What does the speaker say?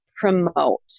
promote